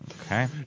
Okay